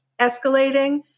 escalating